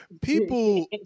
People